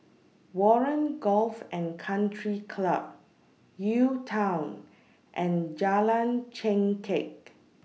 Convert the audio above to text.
Warren Golf and Country Club UTown and Jalan Chengkek